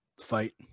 fight